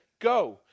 Go